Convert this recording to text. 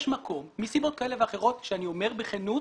מקום מסיבות כאלה ואחרות שאני אומר בכנות